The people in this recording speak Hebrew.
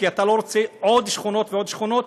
כי אתה לא רוצה עוד שכונות ועוד שכונות